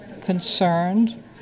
concerned